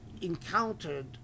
encountered